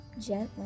Gently